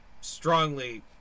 strongly